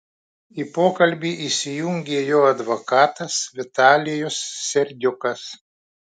į pokalbį įsijungė jo advokatas vitalijus serdiukas